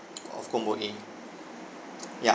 of combo A ya